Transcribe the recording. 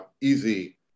easy